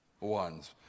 ones